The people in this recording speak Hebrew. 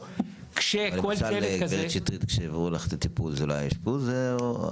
כשטופלת זה לא היה אשפוז?